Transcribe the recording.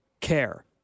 care